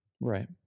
Right